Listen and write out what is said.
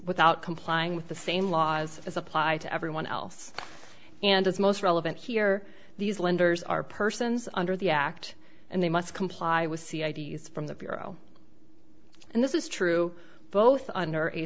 without complying with the same laws as apply to everyone else and as most relevant here these lenders are persons under the act and they must comply with c ids from the bureau and this is true both under a